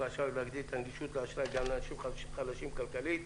ולהגדיל את הנגישות לאשראי גם לאנשים חלשים כלכלית.